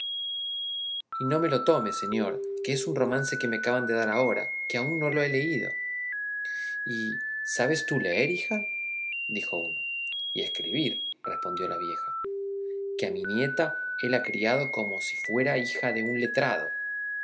y no me le tome señor que es un romance que me acaban de dar ahora que aún no le he leído y sabes tú leer hija dijo uno y escribir respondió la vieja que a mi nieta hela criado yo como si fuera hija de un letrado